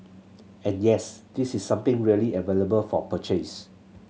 and yes this is something really available for purchase